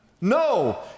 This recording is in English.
No